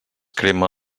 crema